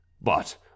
But